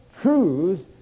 truths